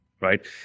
right